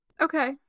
okay